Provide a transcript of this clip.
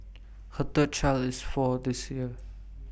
her third child is four this year